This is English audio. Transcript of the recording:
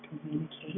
communicate